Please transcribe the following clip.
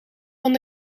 van